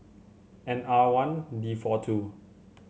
N R one D four two